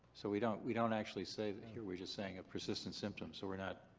so we don't we don't actually say it here, we're just saying persistent symptoms. so we're not.